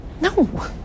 No